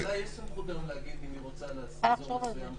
לממשלה יש סמכות היום להגיד אם היא רוצה להחריג אזור מסוים.